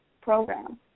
program